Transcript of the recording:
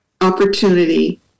opportunity